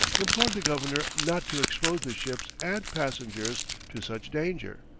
implored the governor not to expose the ships and passengers to such danger.